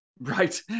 Right